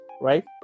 right